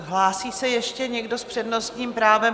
Hlásí se ještě někdo s přednostním právem?